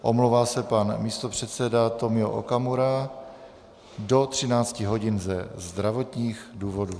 Omlouvá se pan místopředseda Tomio Okamura do 13 hodin ze zdravotních důvodů.